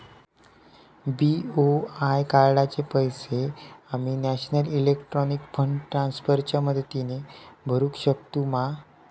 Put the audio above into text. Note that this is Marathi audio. बी.ओ.आय कार्डाचे पैसे आम्ही नेशनल इलेक्ट्रॉनिक फंड ट्रान्स्फर च्या मदतीने भरुक शकतू मा?